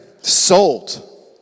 sold